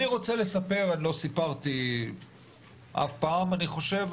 אני רוצה לספר, אני לא סיפרתי אף פעם אני חושב.